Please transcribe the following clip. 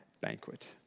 banquet